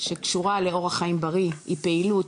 שקשורה לאורח חיים בריא היא פעילות